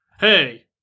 hey